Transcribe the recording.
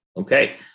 Okay